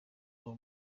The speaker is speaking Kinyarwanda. aho